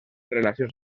relacions